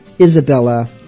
Isabella